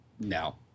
no